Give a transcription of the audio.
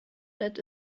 that